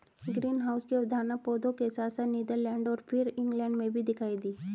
greenhouse की अवधारणा पौधों के साथ साथ नीदरलैंड और फिर इंग्लैंड में भी दिखाई दी